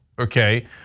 Okay